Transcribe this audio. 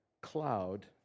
cloud